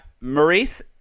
Maurice